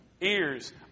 Ears